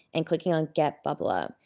and clicking on get bublup.